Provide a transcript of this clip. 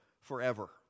forever